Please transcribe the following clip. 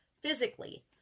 physically